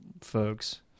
folks